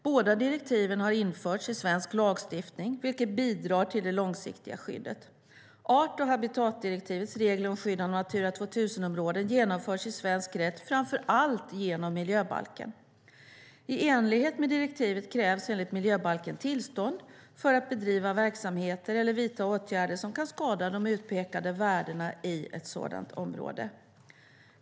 Båda direktiven har införts i svensk lagstiftning, vilket bidrar till det långsiktiga skyddet. Art och habitatdirektivets regler om skydd av Natura 2000-områden genomförs i svensk rätt framför allt genom miljöbalken. I enlighet med direktivet krävs enligt miljöbalken tillstånd för att bedriva verksamheter eller vidta åtgärder som kan skada de utpekade värdena i ett sådant område.